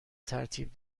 ترتیب